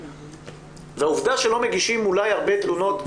העובדה שלא מגישים הרבה תלונות,